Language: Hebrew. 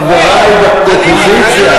חברי באופוזיציה.